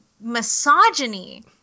misogyny